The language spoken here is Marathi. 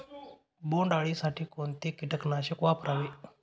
बोंडअळी साठी कोणते किटकनाशक वापरावे?